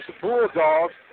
Bulldogs